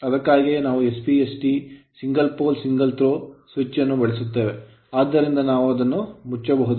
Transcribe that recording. ಅದಕ್ಕಾಗಿಯೇ ನಾವು SPST single pole single throw switch single pole single throw switch ಅನ್ನು ಬಳಸುತ್ತೇವೆ ಆದ್ದರಿಂದ ನಾವು ಅದನ್ನು ಮುಚ್ಚಬಹುದು